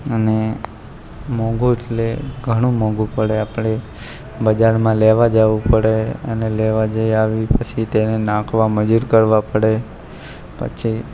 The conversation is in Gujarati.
અને મોંઘું એટલે ઘણું મોંઘું પડે આપણે બજારમાં લેવા જવું પડે અને લેવા જઈ આવી પછી તેને નાખવા મજૂર કરવા પડે પછી